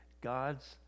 God's